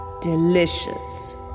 Delicious